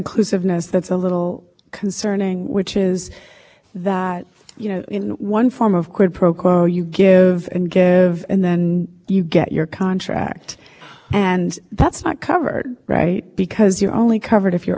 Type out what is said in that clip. you mean if that contract occurred at some previous point in time you know if i'm a want to be contractor and i think well you know who's in power who has some influence i'm going to give to that that